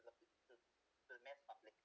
the the the mass public